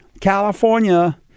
California